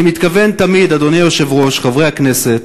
אני מתכוון תמיד, אדוני היושב-ראש, חברי הכנסת,